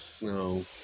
No